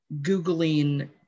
Googling